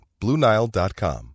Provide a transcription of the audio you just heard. BlueNile.com